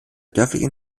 dörflichen